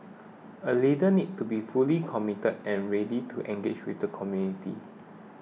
a leader needs to be fully committed and ready to engage with the community